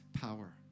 power